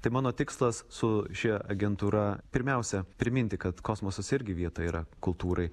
tai mano tikslas su šia agentūra pirmiausia priminti kad kosmosas irgi vieta yra kultūrai